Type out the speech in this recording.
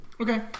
Okay